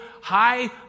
high